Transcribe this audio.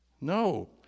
No